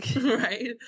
Right